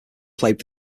played